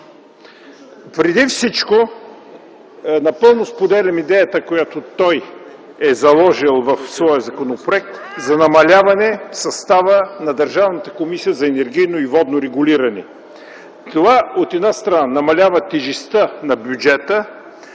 Преди всичко, напълно споделям идеята, която той е заложил в своя законопроект за намаляване състава на Държавната комисия за енергийно и водно регулиране. Това, от една страна, намалява тежестта на бюджета,